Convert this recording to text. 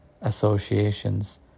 associations